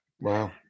Wow